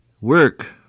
Work